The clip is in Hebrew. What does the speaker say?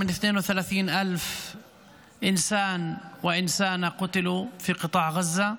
יותר מ-32,000 בני אדם ובנות אדם נהרגו ברצועת עזה.